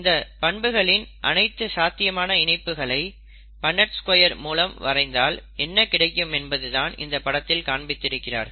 இந்த பண்புகளின் அனைத்து சாத்தியமான இணைப்புகளை பண்ணெட் ஸ்கொயர் மூலம் வரைந்தால் என்ன கிடைக்கும் என்பதுதான் இந்தப் படத்தில் காண்பித்திருக்கிறார்கள்